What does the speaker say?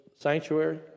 sanctuary